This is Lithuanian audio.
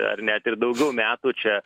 ar net ir daugiau metų čia